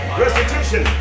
restitution